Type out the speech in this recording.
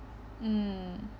mm